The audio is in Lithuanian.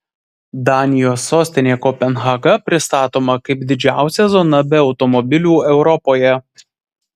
danijos sostinė kopenhaga pristatoma kaip didžiausia zona be automobilių europoje